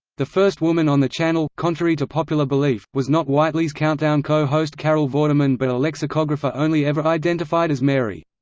the first woman on the channel, contrary to popular belief, was not whiteley's countdown co-host carol vorderman but a lexicographer only ever identified as mary.